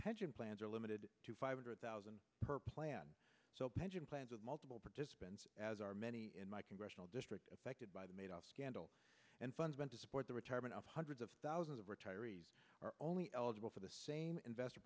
pension plans are limited to five hundred thousand per plan so pension plans of multiple participants as are many in my congressional district affected by the made up scandal and funds meant to support the retirement of hundreds of thousands of retirees are only eligible for the same invest